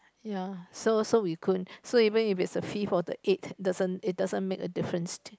ya so so we if we could so even if it's the fifth or the eighth doesn't it doesn't make a difference